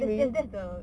that's that's that's the